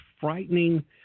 frightening